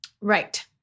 Right